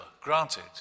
granted